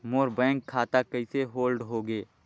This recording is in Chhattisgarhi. मोर बैंक खाता कइसे होल्ड होगे?